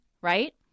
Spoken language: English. right